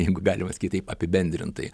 jeigu galima sakyt taip apibendrintai